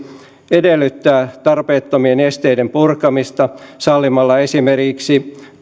edellyttää tarpeettomien esteiden purkamista sallimalla esimerkiksi